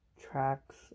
tracks